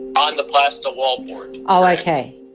on the plaster wall boards. oh okay.